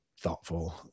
thoughtful